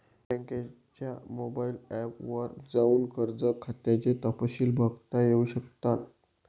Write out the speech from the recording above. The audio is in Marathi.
बँकेच्या मोबाइल ऐप वर जाऊन कर्ज खात्याचे तपशिल बघता येऊ शकतात